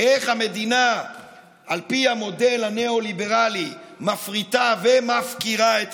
איך המדינה על פי המודל הניאו-ליבראלי מפריטה ומפקירה את